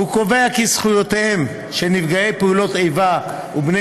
והוא קובע כי זכויותיהם של נפגעי פעולות איבה ובני